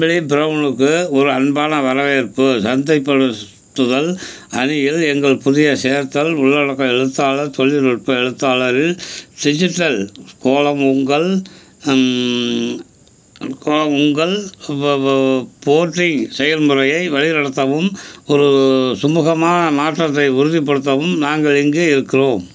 Emily த்ரௌனுக்கு ஒரு அன்பான வரவேற்பு சந்தைப்படுத்துதல் அணியில் எங்கள் புதிய சேர்த்தல் உள்ளடக்க எழுத்தாளர் தொழில்நுட்ப எழுத்தாளர்கள் டிஜிட்டல் கோளம் உங்கள் கோளம் உங்கள் போர்டிங் செயல்முறையை வழி நடத்தவும் ஒரு சுமூகமான மாற்றத்தை உறுதிப்படுத்தவும் நாங்கள் இங்கே இருக்கிறோம்